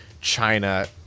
China